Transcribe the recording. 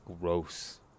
Gross